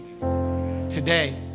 today